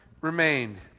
remained